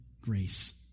grace